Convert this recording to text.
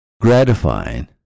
gratifying